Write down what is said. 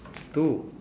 two